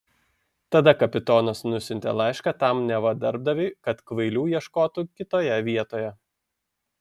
tada kapitonas nusiuntė laišką tam neva darbdaviui kad kvailių ieškotų kitoje vietoje